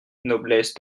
noblesse